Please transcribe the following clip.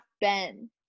Ben